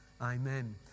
Amen